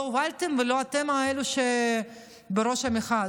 לא הובלתם ולא אתם אלה שבראש המחאה.